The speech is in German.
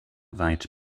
weit